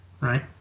right